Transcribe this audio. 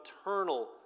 eternal